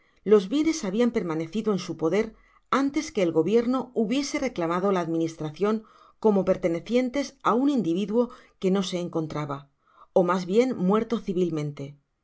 los bienes habian permanecido en su poder antes que el gobierno hubiese reclamado la administracion como pertenecientes á un individuo que no se encontraba ó mas bien muerto